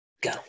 go